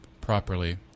properly